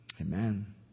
amen